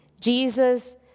Jesus